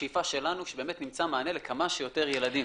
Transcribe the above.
השאיפה שלנו שבאמת נמצא מענה לכמה שיותר ילדים,